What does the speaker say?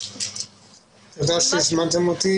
תודה שהזמנתם אותי.